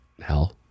hell